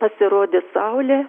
pasirodys saulė